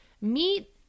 Meet